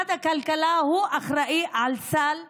משרד הכלכלה הוא האחראי לסל המחירים,